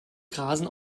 grasen